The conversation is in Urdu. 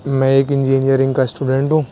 میں ایک انجینئرنگ کا اسٹوڈنٹ ہوں